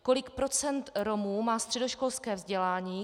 Kolik procent Romů má středoškolské vzdělání?